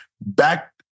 back